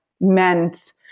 men's